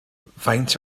faint